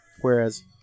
Whereas